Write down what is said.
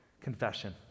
Confession